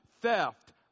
theft